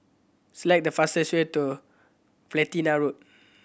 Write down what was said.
select the fastest way to Platina Road